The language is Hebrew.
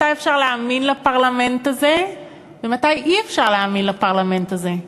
מתי אפשר להאמין לפרלמנט הזה ומתי אי-אפשר להאמין לפרלמנט הזה?